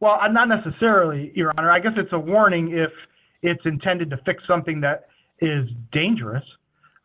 well i'm not necessarily your honor i guess it's a warning if it's intended to fix something that is dangerous